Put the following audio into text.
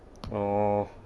oh